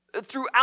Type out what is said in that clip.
Throughout